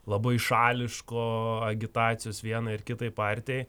labai šališko agitacijos vienai ar kitai partijai